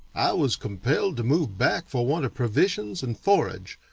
i was compelled to move back for want of provisions and forage,